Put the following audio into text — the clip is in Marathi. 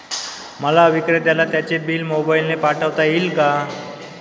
मला विक्रेत्याला त्याचे बिल मोबाईलने पाठवता येईल का?